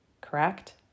Correct